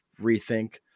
rethink